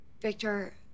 Victor